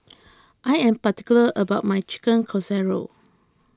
I am particular about my Chicken Casserole